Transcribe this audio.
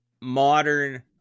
modern